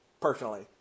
Personally